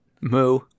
Moo